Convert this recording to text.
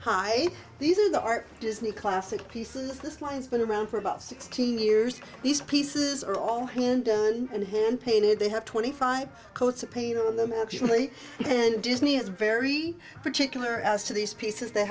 ha these are the art disney classic pieces this one's been around for about sixteen years these pieces are all hand and hand painted they have twenty five coats of paint all of them actually and disney is very particular as to these pieces they